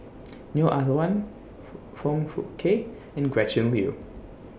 Neo Ah Luan Foong Fook Kay and Gretchen Liu